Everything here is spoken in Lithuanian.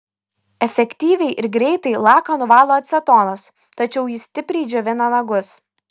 efektyviai ir greitai laką nuvalo acetonas tačiau jis stipriai džiovina nagus